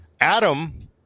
Adam